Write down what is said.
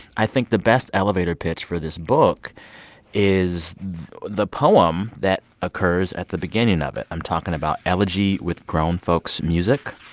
i think the best elevator pitch for this book is the poem that occurs at the beginning of it. i'm talking about elegy with grown folks' music.